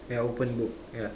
ya open book ya